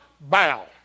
bow